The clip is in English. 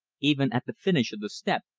even at the finish of the step,